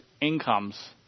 incomes